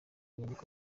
nyandiko